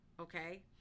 Okay